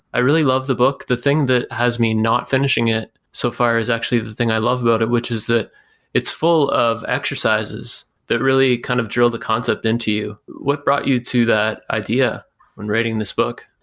i really love the book. the thing that has be not finishing it so far as actually the thing i love about it, which is that it's full of exercises that really kind of drill the concept into you. what brought you to that idea when writing this book?